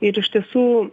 ir iš tiesų